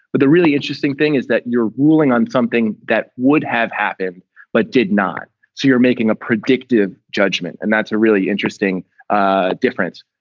but the really interesting thing is that you're ruling on something that would have happened but did not. so you're making a predictive judgement and that's a really interesting ah difference.